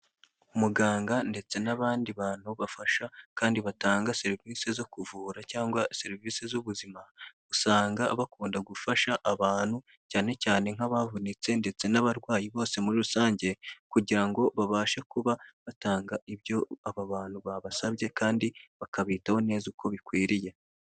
Umuganga ndetse n'abandi bantu bafasha kandi batanga serivisi zo kuvura cyangwa serivisi z'ubuzima, usanga bakunda gufasha abantu cyane cyane nk'abavunitse ndetse n'abarwayi bose muri rusange kugira ngo babashe kuba batanga ibyo aba bantu babasabye kandi bakabitaho neza uko bikwiriye.